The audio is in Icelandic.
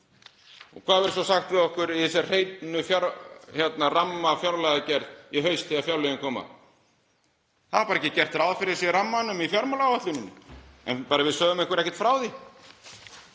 Og hvað verður svo sagt við okkur í þessari hreinu rammafjárlagagerð í haust þegar fjárlögin koma? Það var ekki gert ráð fyrir þessu í rammanum í fjármálaáætluninni en við bara sögðum ykkur ekkert frá því.